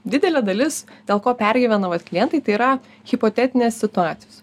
didelė dalis dėl ko pergyvena vat klientai tai yra hipotetinės situacijos